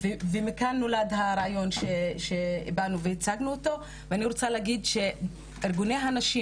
ומכאן נולד הרעיון שבאנו והצגנו אותו ואני רוצה להגיד שארגוני הנשים